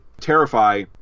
terrify